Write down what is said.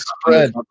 spread